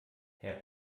herr